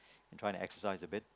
trying to exercise a bit